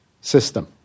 system